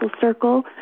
circle